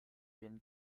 been